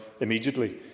immediately